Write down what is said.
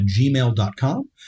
gmail.com